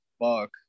fuck